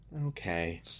Okay